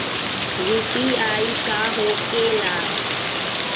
UPI का होके ला?